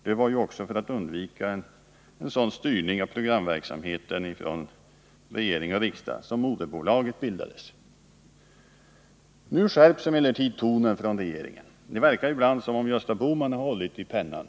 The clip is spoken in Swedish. Det var ju också för att undvika en sådan styrning av programverksamheten av regering och riksdag som moderbolaget bildades. Nu skärps emellertid regeringens ton. Det verkar ibland som om Gösta Bohman har hållit i pennan.